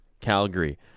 Calgary